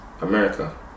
America